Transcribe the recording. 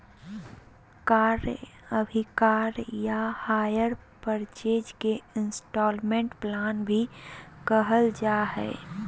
क्रय अभिक्रय या हायर परचेज के इन्स्टालमेन्ट प्लान भी कहल जा हय